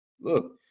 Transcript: look